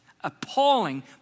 Appalling